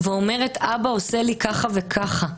ואומרת, אבא עושה לי ככה וככה,